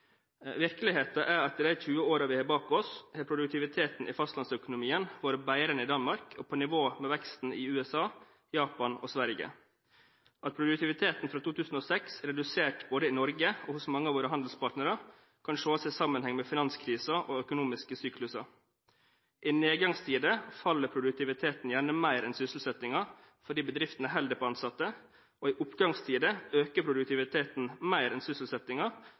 Virkeligheten er at i de 20 årene vi har bak oss, har produktiviteten i fastlandsøkonomien vært bedre enn i Danmark og på nivå med veksten i USA, Japan og Sverige. At produktiviteten fra 2006 er redusert, både i Norge og hos mange av våre handelspartnere, kan ses i sammenheng med finanskrisen og økonomiske sykluser. I nedgangstider faller produktiviteten gjerne mer enn sysselsettingen fordi bedriftene holder på ansatte, og i oppgangstider øker produktiviteten mer enn